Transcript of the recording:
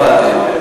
הבנתי.